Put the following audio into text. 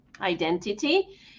identity